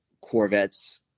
corvettes